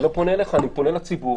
אני לא פונה אליך, אני פונה לציבור.